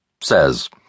says